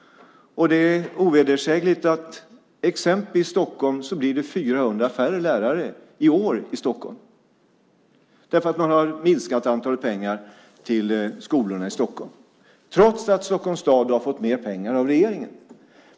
Och det är ovedersägligt att det i exempelvis Stockholm blir 400 färre lärare i år därför att man har minskat pengarna till skolorna i Stockholm, trots att Stockholms stad har fått mer pengar av regeringen.